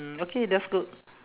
mm okay that's good